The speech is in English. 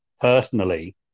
personally